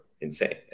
insane